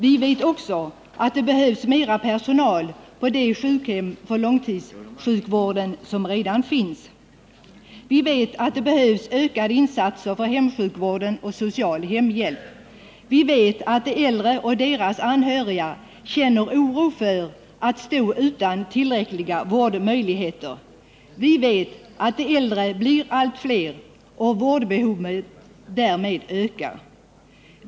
Vi vet också att det behövs mer personal på de sjukhem för långtidssjukvården som redan finns. Vi vet att det behövs ökade insatser för hemsjukvård och social hemhjälp. Vi vet att de äldre och deras anhöriga känner oro för att stå utan tillräckliga vårdmöjligheter. Vi vet att de äldre blir allt fler och att vårdbehoven därmed ökar.